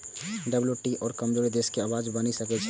WTO कमजोर देशक आवाज बनि सकै छै